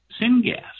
syngas